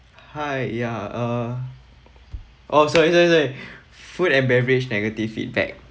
hi ya uh oh sorry sorry sorry food and beverage negative feedback